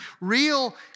real